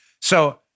So-